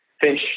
fish